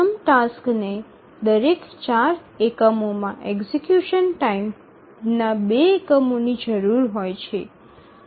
પ્રથમ ટાસ્ક ને દરેક 4 એકમોમાં એક્ઝિકયુશન ટાઇમના 2 એકમોની જરૂર હોય છે